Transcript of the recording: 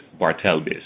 Bartelbis